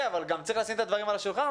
אבל גם צריך לשים את הדברים על השולחן.